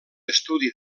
estudi